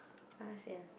far sia